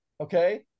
Okay